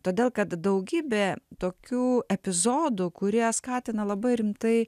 todėl kad daugybė tokių epizodų kurie skatina labai rimtai